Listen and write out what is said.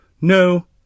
No